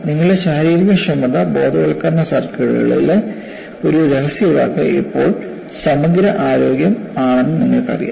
നിങ്ങളുടെ ശാരീരികക്ഷമത ബോധവത്കരണ സർക്കിളുകളിലെ ഒരു രഹസ്യവാക്ക് ഇപ്പോൾ സമഗ്ര ആരോഗ്യം ആണെന്ന് നിങ്ങൾക്കറിയാം